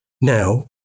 Now